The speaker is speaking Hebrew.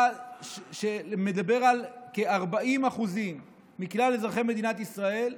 מדבר על זה שכ-40% מכלל אזרחי מדינת ישראל,